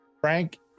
frank